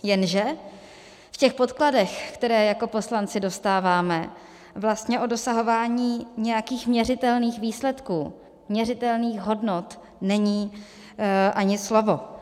Jenže v těch podkladech, které jako poslanci dostáváme, vlastně o dosahování nějakých měřitelných výsledků, měřitelných hodnot není ani slovo.